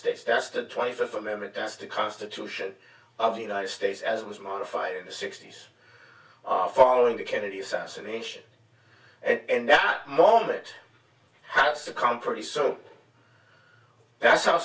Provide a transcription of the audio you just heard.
states that's the twenty fifth amendment as the constitution of the united states as it was modified in the sixty's are following the kennedy assassination and that moment has to come pretty soon that's how